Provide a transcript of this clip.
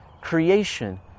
Creation